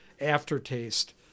aftertaste